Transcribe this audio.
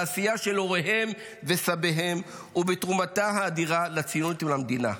בעשייה של הוריהם וסביהם ובתרומתם האדירה לציונות ולמדינה.